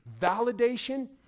validation